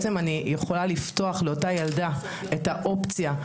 אני יכולה לפתוח לאותה ילדה וגם